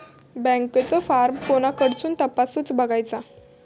बँकेचो फार्म कोणाकडसून तपासूच बगायचा?